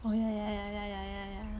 oh ya ya ya ya ya ya ya